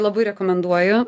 labai rekomenduoju